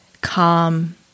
calm